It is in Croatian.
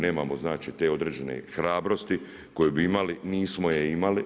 Nemamo znači te određene hrabrosti koju bi imali, nismo je imali.